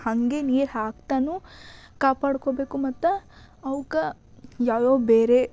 ಹಾಗೇ ನೀರು ಹಾಕ್ತಾನೇ ಕಾಪಾಡ್ಕೊಳ್ಬೇಕು ಮತ್ತು ಅವ್ಕೆ ಯಾವ್ಯಾವ ಬೇರೆ